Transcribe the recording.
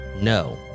no